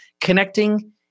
connecting